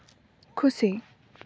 ᱠᱷᱩᱥᱤ